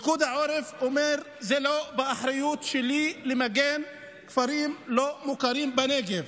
פיקוד העורף אומר: זה לא באחריות שלי למגן כפרים לא-מוכרים בנגב.